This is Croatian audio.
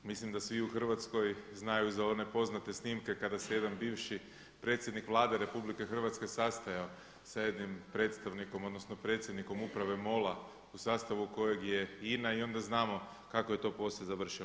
Mislim da svi u Hrvatskoj znaju za one poznate snimke kada se jedan bivši predsjednik vlade RH sastajao sa jednim predstavnikom odnosno predsjednikom uprave MOL-a u sastavu kojeg je INA i onda znamo kako je to poslije završilo.